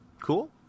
cool